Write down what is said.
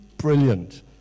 Brilliant